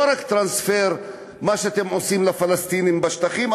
לא רק טרנספר שאתם עושים לפלסטינים בשטחים,